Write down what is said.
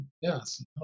yes